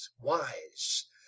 wise